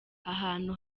ahantu